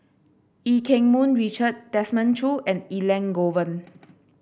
Eu Keng Mun Richard Desmond Choo and Elangovan